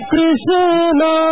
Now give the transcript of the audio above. Krishna